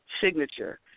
signature